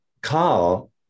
Carl